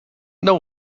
know